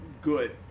good